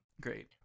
Great